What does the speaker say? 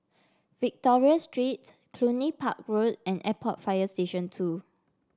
Victoria Street Cluny Park Road and Airport Fire Station Two